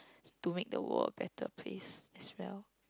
to make the world a better place as well